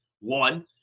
one